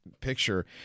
Picture